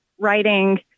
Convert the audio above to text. writing